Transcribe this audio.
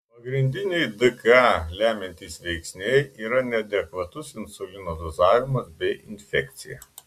pagrindiniai dka lemiantys veiksniai yra neadekvatus insulino dozavimas bei infekcija